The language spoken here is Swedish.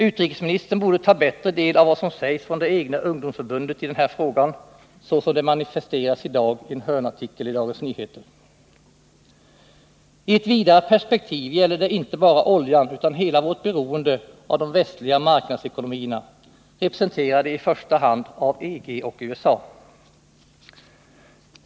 Utrikesministern borde bättre ta del av vad som sägs från det egna ungdomsförbundet i den här frågan, så som det manifesteras i dag i en hörnartikel Dagens Nyheter. I ett vidare perspektiv gäller det inte bara oljan utan hela vårt beroende av de västliga marknadsekonomierna, representerade i första hand av EG och USA.